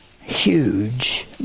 huge